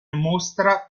mostra